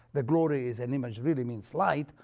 the glory is an image really means light.